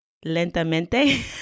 lentamente